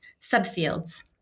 subfields